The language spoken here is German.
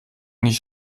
nicht